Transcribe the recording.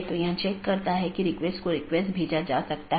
जो हम चर्चा कर रहे थे कि हमारे पास कई BGP राउटर हैं